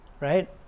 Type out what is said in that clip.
right